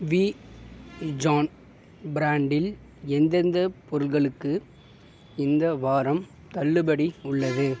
we John ப்ராண்டில் எந்தெந்த பொருட்களுக்கு இந்த வாரம் தள்ளுபடி உள்ளது